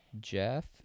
Jeff